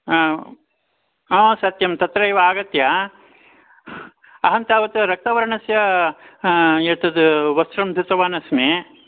हा हा सत्यं तत्रैव आगत्य अहं तावत् रक्तवर्णस्य एतद् वस्त्रं धृतवान् अस्मि